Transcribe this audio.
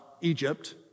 Egypt